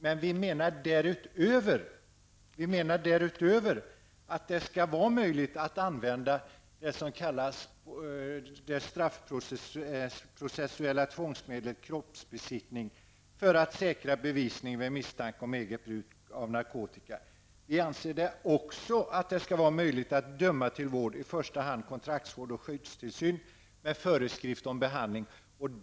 Men vi menar därutöver att det skall vara möjligt att använda det som kallas det straffprocessuella tvångsmedlet kroppsbesiktning för att säkra bevisning vid misstanke om eget bruk av narkotika. Vi anser också att det skall vara möjligt att döma till vård, i första hand kontraktsvård och skyddstillsyn med föreskrift om behandling.